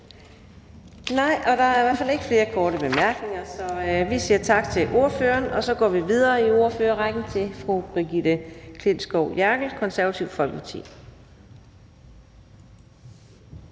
Nej, og der er i hvert fald ikke flere korte bemærkninger, så vi siger tak til ordføreren. Så går vi videre i ordførerrækken til fru Brigitte Klintskov Jerkel, Det Konservative Folkeparti.